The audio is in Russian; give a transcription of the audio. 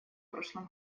прошлом